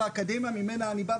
באקדמיה ממנה אני בא,